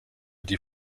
die